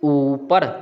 उपर